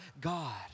God